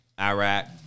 Iraq